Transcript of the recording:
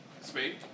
Speak